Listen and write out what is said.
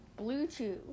Bluetooth